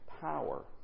power